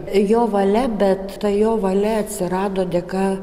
jo valia bet ta jo valia atsirado dėka